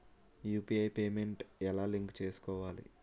UPI payment ఎలా link చేసుకోవాలి?